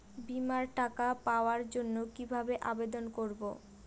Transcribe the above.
বিমার টাকা পাওয়ার জন্য কিভাবে আবেদন করব?